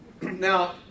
Now